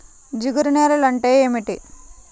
జిగురు నేలలు అంటే ఏమిటీ?